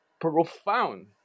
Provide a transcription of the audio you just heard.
profound